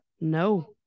No